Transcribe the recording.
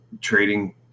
trading